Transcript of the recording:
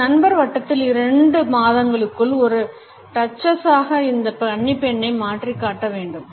தனது நண்பர் வட்டத்தில் இரண்டு மாதங்களுக்குள் ஒரு டச்சஸாக இந்த கன்னிப் பெண்ணை மாற்றிக் காட்ட வேண்டும்